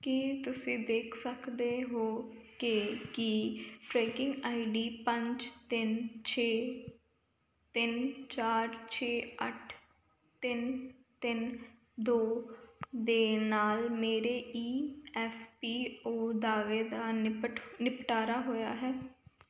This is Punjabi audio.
ਕੀ ਤੁਸੀਂ ਦੇਖ ਸਕਦੇ ਹੋ ਕਿ ਕੀ ਟਰੈਕਿੰਗ ਆਈ ਡੀ ਪੰਜ ਤਿੰਨ ਛੇ ਤਿੰਨ ਚਾਰ ਛੇ ਅੱਠ ਤਿੰਨ ਤਿੰਨ ਦੋ ਦੇ ਨਾਲ ਮੇਰੇ ਈ ਐੱਫ ਪੀ ਓ ਦਾਅਵੇ ਦਾ ਨਿਪਟ ਨਿਪਟਾਰਾ ਹੋਇਆ ਹੈ